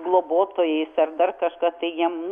globotojais ar dar kažkas tai jiem